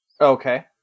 Okay